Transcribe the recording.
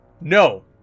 no